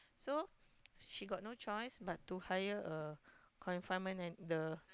so she got no choice but to hire a confinement at the